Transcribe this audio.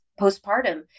postpartum